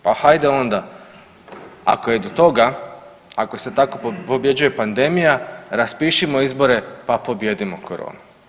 Pa hajde onda, ako je do toga, ako se tako pobjeđuje pandemija, raspišimo izbore pa pobijedimo koronu.